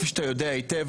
כפי שאתה יודע היטב,